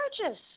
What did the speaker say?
gorgeous